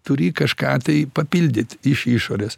turi kažką tai papildyt iš išorės